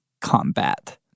combat